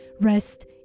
rest